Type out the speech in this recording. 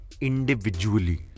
individually